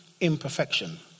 imperfection